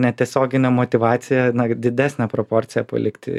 netiesioginė motyvacija na didesnę proporciją palikti